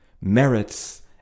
merits